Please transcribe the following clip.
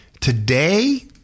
Today